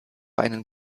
einen